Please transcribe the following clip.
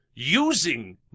Using